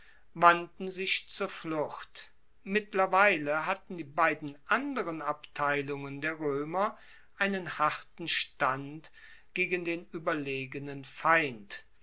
wandten sich zur flucht mittlerweile hatten die beiden anderen abteilungen der roemer einen harten stand gegen den ueberlegenen feind